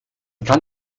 kann